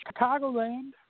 Chicagoland